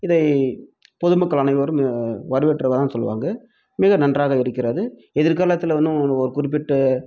இதை பொதுமக்கள் அனைவரும் வரவேற்றுதான் சொல்லுவாங்கள் மிக நன்றாக இருக்கிறது எதிர்காலத்தில் இன்னும் ஒரு குறிப்பிட்ட